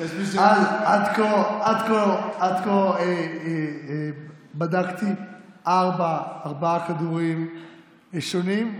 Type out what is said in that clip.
עד כה בדקתי ארבעה כדורים ראשונים.